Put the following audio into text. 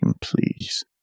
please